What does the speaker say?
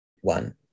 one